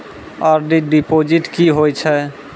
RD deposit की होय छै?